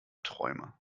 träumer